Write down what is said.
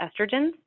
estrogens